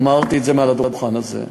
אמרתי את זה מעל הדוכן הזה.